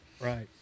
right